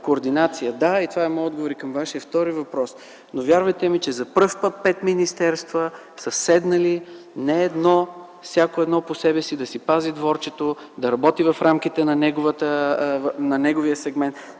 координацията. Да, това е и моят отговор към Вашия втори въпрос. Повярвайте ми, че за първи път пет министерства са седнали – не всяко едно по себе си да си пази дворчето, да работи в рамките на неговия сегмент,